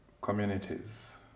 communities